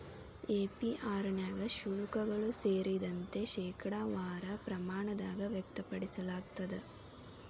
APR ನ್ಯಾಗ ಶುಲ್ಕಗಳು ಸೇರಿದಂತೆ, ಶೇಕಡಾವಾರ ಪ್ರಮಾಣದಾಗ್ ವ್ಯಕ್ತಪಡಿಸಲಾಗ್ತದ